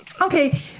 Okay